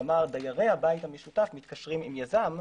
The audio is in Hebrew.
כלומר דיירי הבית המשותף מתקשרים עם יזם.